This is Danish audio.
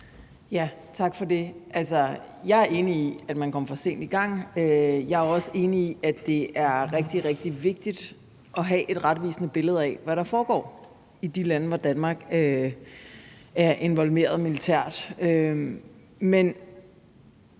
Tak for det. Altså, jeg er enig i, at man kom for sent i gang. Jeg er også enig i, at det er rigtig, rigtig vigtigt at have et retvisende billede af, hvad der foregår i de lande, hvor Danmark er involveret militært.